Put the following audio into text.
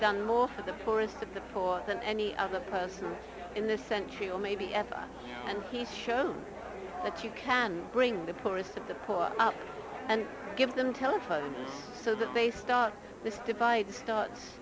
done more for the poorest of the four than any other in this century or maybe ever and he's show that you can bring the poorest of the poor and give them telephone so that they start this divide start